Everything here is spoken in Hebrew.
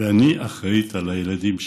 ואני אחראית לילדים שלי.